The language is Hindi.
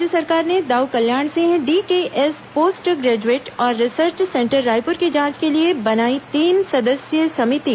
राज्य सरकार ने Dau Kalyan Singh DKS post graduate और रिसर्च सेंटर रायपुर की जांच के लिए बनाई तीन सदस्यीय समिति